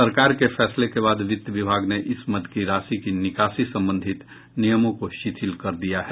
सरकार के फैसले के बाद वित्त विभाग ने इस मद की राशि की निकासी संबंधित नियमों को शिथिल कर दिया है